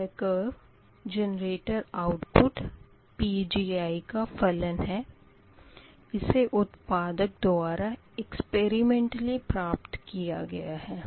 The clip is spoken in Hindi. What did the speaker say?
यह कर्व जेनरेटर आऊटपुट Pgi का फलन है जिसे उत्पादक द्वारा एक्सपेरिमेंटली प्राप्त किया गया है